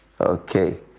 Okay